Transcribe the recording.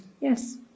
Yes